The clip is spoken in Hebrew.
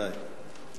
סעיפים 1 85 נתקבלו.